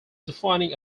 defining